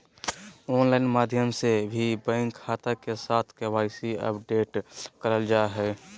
online माध्यम से भी बैंक खाता के साथ के.वाई.सी अपडेट करल जा हय